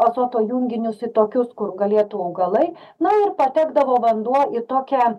azoto junginius į tokius kur galėtų augalai na ir patekdavo vanduo į tokią